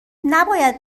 نباید